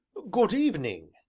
good evening!